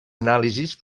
anàlisis